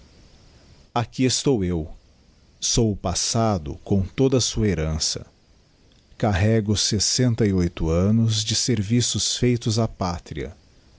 aqui estou eu sou o passado com toda sua herança carrego sessenta e oito annos de serviços feitos á pátria